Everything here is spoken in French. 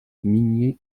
migné